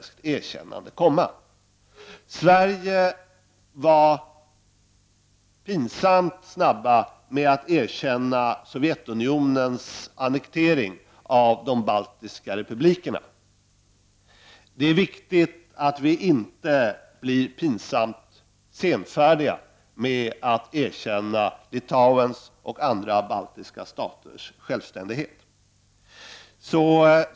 Sverige var pinsamt snabbt med att erkänna Sovjetunionens annektering av de baltiska republikerna. Det är viktigt att vi inte blir pinsamt senfärdiga med att erkänna Litauen och andra baltiska staters självständighet.